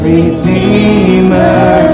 Redeemer